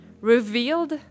revealed